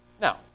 Now